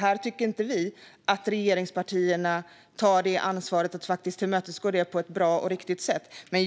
Vi tycker inte att regeringspartierna tar ansvar för att tillmötesgå detta på ett bra och riktigt sätt.